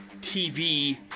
TV